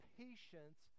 patience